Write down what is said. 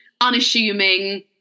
unassuming